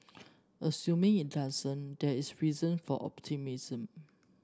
assuming it doesn't there is reason for optimism